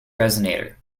resonator